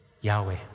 Yahweh